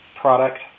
product